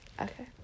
Okay